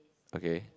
okay